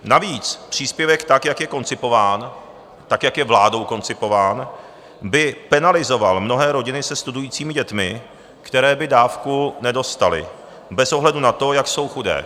Navíc příspěvek tak, jak je koncipován, jak je vládou koncipován, by penalizoval mnohé rodiny se studujícími dětmi, které by dávku nedostaly bez ohledu na to, jak jsou chudé.